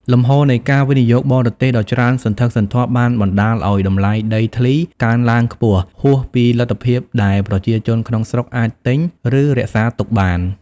លំហូរនៃការវិនិយោគបរទេសដ៏ច្រើនសន្ធឹកសន្ធាប់បានបណ្ដាលឲ្យ តម្លៃដីធ្លីកើនឡើងខ្ពស់ ហួសពីលទ្ធភាពដែលប្រជាជនក្នុងស្រុកអាចទិញ ឬរក្សាទុកបាន។